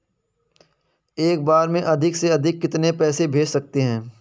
एक बार में अधिक से अधिक कितने पैसे भेज सकते हैं?